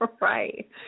Right